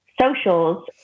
socials